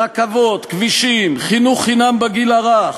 רכבות, כבישים, חינוך חינם בגיל הרך,